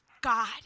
God